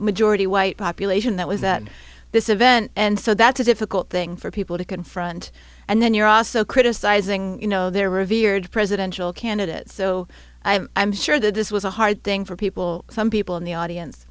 majority white population that was that this event and so that's a difficult thing for people to confront and then you're also criticizing you know there were appeared presidential candidates so i'm sure that this was a hard thing for people some people in the audience